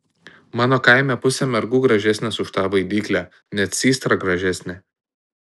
mano kaime pusė mergų gražesnės už tą baidyklę net systra gražesnė